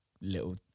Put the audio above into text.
little